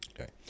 Okay